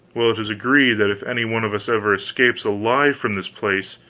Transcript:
well, it is agreed that if any one of us ever escapes alive from this place,